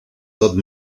don